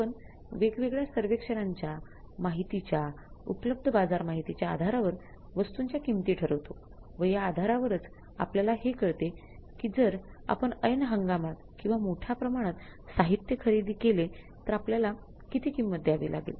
आपण वेगवेगळ्या सर्वेक्षणांच्या माहितीच्या उपलब्ध बाजार माहितीच्या आधारवर वस्तूंच्या किमती ठरवतोव या आधारावरच आपल्याला हे कळते कि जर आपण ऐन हंगामात किंवा मोठ्या प्रमाणात साहित्य खरेदी केले तर आपल्याला किती किंमत द्यावी लागेल